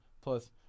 plus